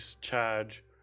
charge